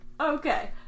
Okay